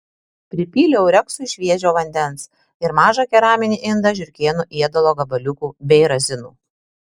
pripyliau reksui šviežio vandens ir mažą keraminį indą žiurkėnų ėdalo gabaliukų bei razinų